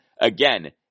Again